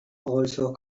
also